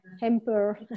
hamper